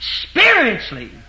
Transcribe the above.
spiritually